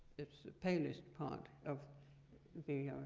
it's the palest part of the